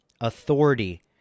authority